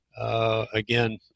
Again